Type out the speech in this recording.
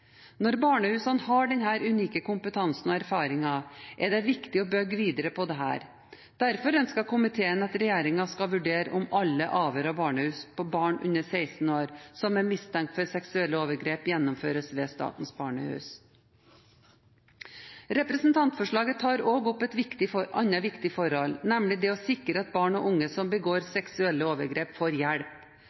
Når barnehusene har denne unike kompetansen og erfaringen, er det viktig å bygge videre på dette. Derfor ønsker komiteen at regjeringen skal vurdere om alle avhør av barn under 16 år som er mistenkt for seksuelle overgrep, gjennomføres ved Statens Barnehus. Representantforslaget tar også opp et annet viktig forhold, nemlig det å sikre at barn og unge som begår seksuelle overgrep, får hjelp.